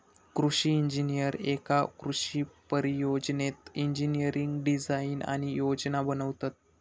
कृषि इंजिनीयर एका कृषि परियोजनेत इंजिनियरिंग डिझाईन आणि योजना बनवतत